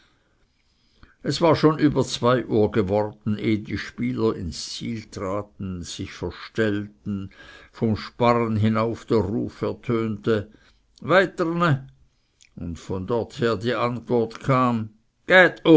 es war schon über zwei uhr geworden ehe die spieler ins ziel traten sich verstellten vom sparren herauf der ruf ertönte weit dr ne von dort her die antwort kam